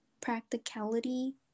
practicality